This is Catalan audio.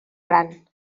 gran